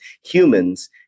humans